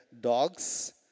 dogs